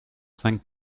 cinq